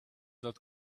that